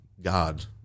God